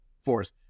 force